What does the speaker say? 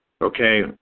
okay